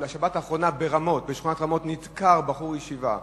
אבל בשבת האחרונה בשכונת רמות נדקר בחור ישיבה,